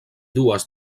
dues